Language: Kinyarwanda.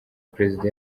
perezida